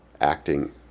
acting